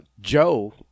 Joe